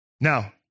Now